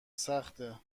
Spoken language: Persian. سخته